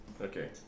Okay